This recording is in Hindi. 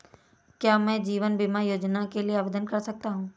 क्या मैं जीवन बीमा योजना के लिए आवेदन कर सकता हूँ?